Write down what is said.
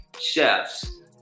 chefs